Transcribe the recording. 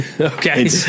Okay